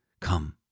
come